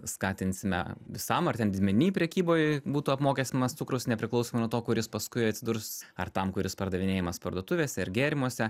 skatinsime visam ar ten didmeni prekyboj būtų apmokestinamas cukrus nepriklausomai nuo to kur jis paskui atsidurs ar tam kuris pardavinėjamas parduotuvėse ar gėrimuose